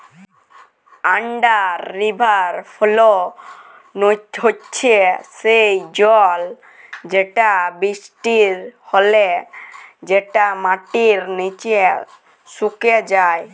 under river flow হচ্যে সেই জল যেটা বৃষ্টি হলে যেটা মাটির নিচে সুকে যায়